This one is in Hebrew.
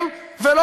הם ולא